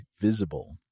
Visible